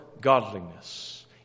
godliness